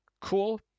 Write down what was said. Cool